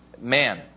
man